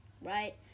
right